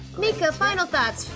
mica, final thoughts.